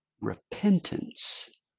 Repentance